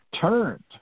turned